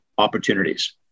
opportunities